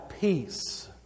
peace